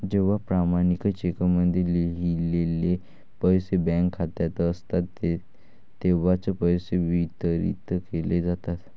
जेव्हा प्रमाणित चेकमध्ये लिहिलेले पैसे बँक खात्यात असतात तेव्हाच पैसे वितरित केले जातात